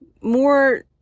more